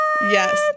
Yes